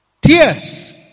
Tears